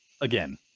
again